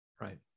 Right